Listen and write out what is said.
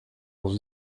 dans